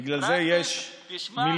בגלל זה יש מיליונים